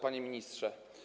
Panie Ministrze!